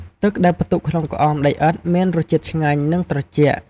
ទឹកដែលផ្ទុកក្នុងក្អមដីឥដ្ឋមានរសជាតិឆ្ងាញ់ និងត្រជាក់។